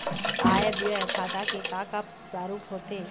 आय व्यय खाता के का का प्रारूप होथे?